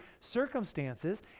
circumstances